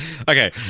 Okay